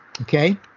Okay